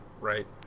right